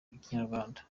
rw’ikinyarwanda